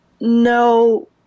no